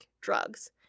drugs